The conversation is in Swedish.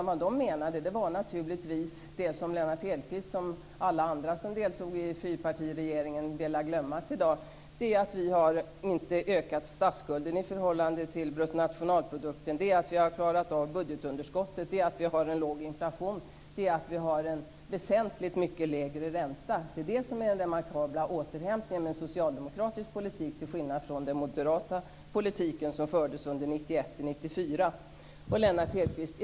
Vad de menade var naturligtvis det som Lennart Hedquist och alla andra som deltog i fyrpartiregeringen har velat glömma, nämligen att vi inte har ökat statsskulden i förhållande till bruttonationalprodukten, att vi har klarat av budgetunderskottet, att vi har en låg inflation och att vi har en väsentligt mycket lägre ränta. Det är det som är den remarkabla återhämtningen med en socialdemokratisk politik till skillnad från den moderata politiken som fördes 1991-1994.